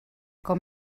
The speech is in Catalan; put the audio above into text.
com